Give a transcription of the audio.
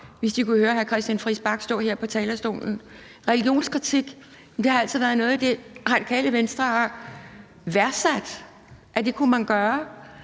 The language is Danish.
hvis de kunne høre hr. Christian Friis Bach stå her på talerstolen. Religionskritik har altid været noget, Radikale Venstre har værdsat man kunne udøve,